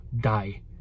die